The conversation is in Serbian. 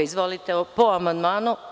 Izvolite, po amandmanu.